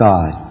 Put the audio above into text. God